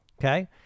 Okay